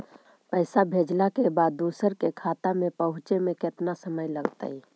पैसा भेजला के बाद दुसर के खाता में पहुँचे में केतना समय लगतइ?